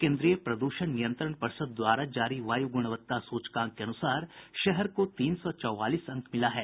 केन्द्रीय प्रदूषण नियंत्रण पर्षद द्वारा जारी वायु गुणवत्ता सूचकांक के अनुसार शहर को तीन सौ चौवालीस अंक मिला है